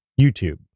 YouTube